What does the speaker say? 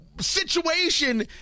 situation